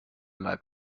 leib